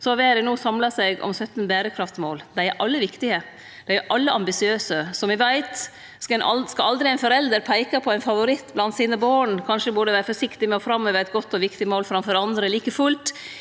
har verda no samla seg om 17 berekraftsmål. Dei er alle viktige, dei er alle ambisiøse. Som me veit, skal aldri ein forelder peike på ein favoritt blant sine barn. Kanskje burde me vere forsiktige med å framheve eit godt og viktig mål framfor andre. Like fullt